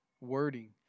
wording